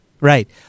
Right